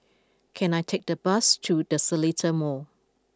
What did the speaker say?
can I take a bus to The Seletar Mall